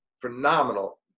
phenomenal